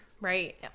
Right